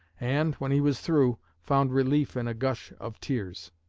and, when he was through, found relief in a gush of tears.